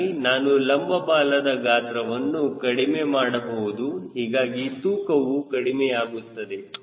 ಹೀಗಾಗಿ ನಾನು ಲಂಬ ಬಾಲದ ಗಾತ್ರವನ್ನು ಕಡಿಮೆ ಮಾಡಬಹುದು ಹೀಗಾಗಿ ತೂಕವು ಕಡಿಮೆಯಾಗುತ್ತದೆ